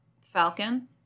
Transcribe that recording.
Falcon